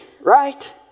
right